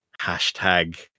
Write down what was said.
Hashtag